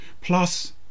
plus